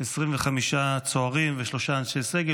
25 צוערים ושלושה אנשי סגל,